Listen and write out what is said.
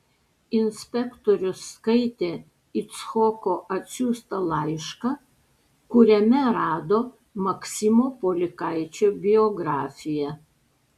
inspektorius skaitė icchoko atsiųstą laišką kuriame rado maksimo polikaičio biografiją